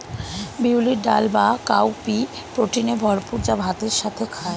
বিউলির ডাল বা কাউপি প্রোটিনে ভরপুর যা ভাতের সাথে খায়